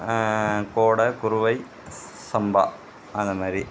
கோடை குருவை சம்பா அந்த மாதிரி